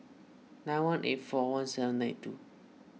nine one eight four one seven nine two